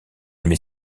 met